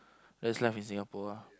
that's life in Singapore ah